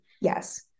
Yes